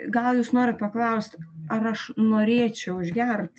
gal jūs norit paklaust ar aš norėčiau išgert